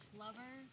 lover